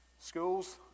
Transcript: Schools